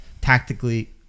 tactically